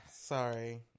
sorry